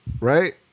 right